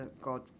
God